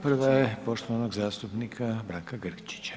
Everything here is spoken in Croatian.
Prva je poštovanog zastupnika Branka Grčića.